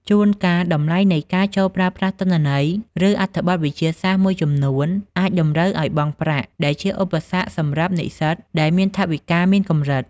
ជួនកាល តម្លៃនៃការចូលប្រើប្រាស់ទិន្នន័យ ឬអត្ថបទវិទ្យាសាស្ត្រមួយចំនួនអាចតម្រូវឱ្យបង់ប្រាក់ ដែលជាឧបសគ្គសម្រាប់និស្សិតដែលមានថវិកាមានកម្រិត។